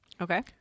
okay